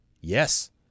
Yes